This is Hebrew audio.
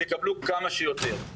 יקבלו כמה שיותר.